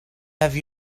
have